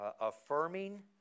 affirming